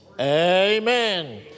Amen